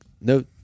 no